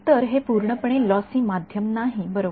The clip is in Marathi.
तर हे पूर्णपणे लॉसी माध्यम नाही बरोबर